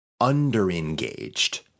under-engaged